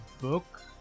book